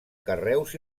carreus